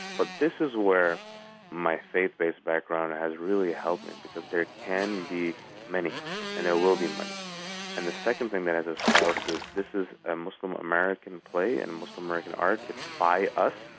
but this is where my faith-based background has really helped me, because there can be many and there will be many and the second thing that has espoused is this a ah muslim-american play in muslim-american art. it's by us,